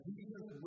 Jesus